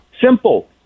Simple